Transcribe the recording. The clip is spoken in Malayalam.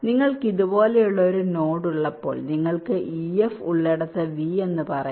നിങ്ങൾക്ക് ഇതുപോലുള്ള ഒരു നോഡ് ഉള്ളപ്പോൾ നിങ്ങൾക്ക് ef ഉള്ളിടത്ത് V എന്ന് പറയട്ടെ